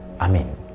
Amen